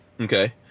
okay